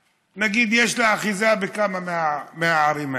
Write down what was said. נגיד, יש לה אחיזה בכמה מהערים האלה.